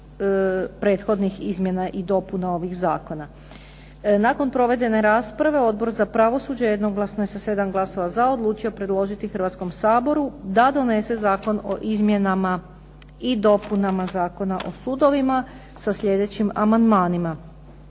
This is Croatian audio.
prethodnih izmjena i dopuna ovih zakona. Nakon provedene rasprave Odbor za pravosuđe jednoglasno je sa sedam glasova za odlučio predložiti Hrvatskom saboru da donese Zakon o izmjenama i dopunama Zakona o sudovima sa slijedećim amandmanima.